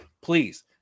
Please